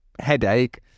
headache